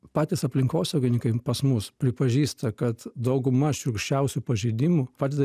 patys aplinkosaugininkai pas mus pripažįsta kad dauguma šiurkščiausių pažeidimų padeda